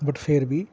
but फिर बी